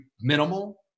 minimal